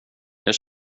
jag